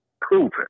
proven